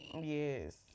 Yes